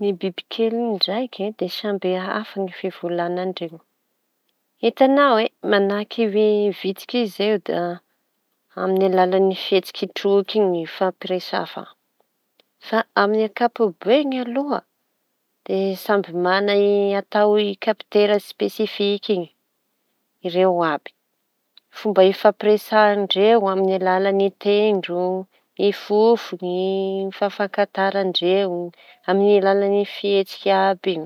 Ny bibikely ndraiky da samby hafa fivolañan-dreo. Hitañao e manahaky vitsiky io zao da ami'ny alalan'ny fihetsiky troky iñy ny hifampiresafa. Fa amin'ny ankapobeny aloha de samby mana kapitera spesifikiñy ireo àby. Fomba hifampiresahan-dreo amin'ny alalany tendro ny fofony ny fakanfantaran-dreo amin'ny alalan'ny fihetsika àby iñy.